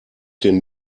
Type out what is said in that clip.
den